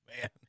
man